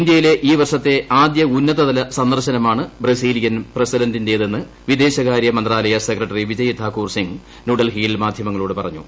ഇന്തൃയിലെ ഈ വർഷത്തെ ആദ്യഉന്നതതല സന്ദർശനമാണ് ബ്രസിലീയൻ പ്രസിഡന്റിന്റേതെന്ന് വിദേശകാരൃ മന്ത്രാലയ സെക്രട്ടറി വിജയ് താക്കൂർ സിംഗ് ന്യൂഡൽഹിയിൽ മാധ്യമങ്ങളോട് പറഞ്ഞു